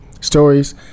stories